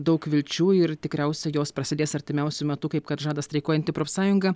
daug vilčių ir tikriausiai jos prasidės artimiausiu metu kaip kad žada streikuojanti profsąjunga